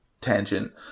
tangent